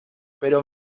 pero